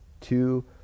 two